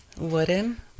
Wooden